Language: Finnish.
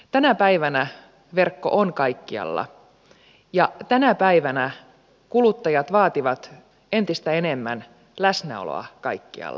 tänä päivänä verkko on kaikkialla ja tänä päivänä kuluttajat vaativat entistä enemmän läsnäoloa kaikkialla